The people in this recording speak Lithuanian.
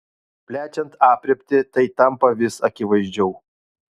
plečiant aprėptį tai tampa vis akivaizdžiau